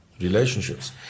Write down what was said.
relationships